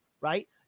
right